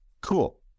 Cool